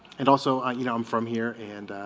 and also on you know i'm from here and